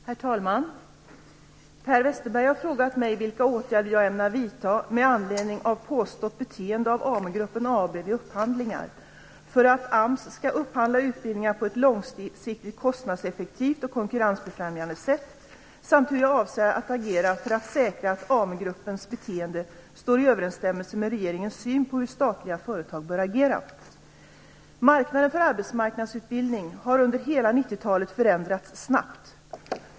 Herr talman! Per Westerberg har frågat mig vilka åtgärder jag ämnar vidta - med anledning av påstått beteende av AMU-gruppen AB vid upphandlingar - för att AMS skall upphandla utbildning på ett långsiktigt konstnadseffektivt och konkurrensbefrämjande sätt samt hur jag avser att agera för att säkra att AMU-gruppens beteende står i överensstämmelse med regeringens syn på hur statliga företag bör agera. Marknaden för arbetsmarknadsutbildning har under hela 90-talet förändrats snabbt.